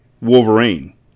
Wolverine